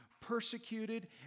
persecuted